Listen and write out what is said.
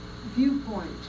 viewpoint